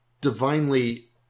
divinely